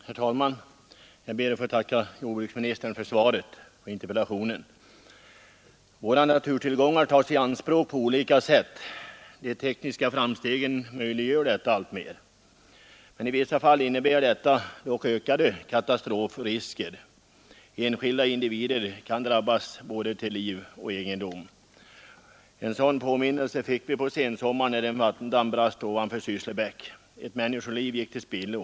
Herr talman! Jag ber att få tacka jordbruksministern för svaret på interpellationen. Våra naturtillgångar tas i anspråk på olika sätt. De tekniska framstegen möjliggör detta alltmer. I vissa fall innebär det dock ökade katastrofrisker. Enskilda individer kan drabbas till både liv och egendom. En sådan påminnelse fick vi på sensommaren, när en vattendamm brast ovanför Sysslebäck. Ett människoliv gick till spillo.